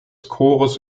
chores